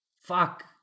Fuck